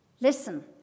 Listen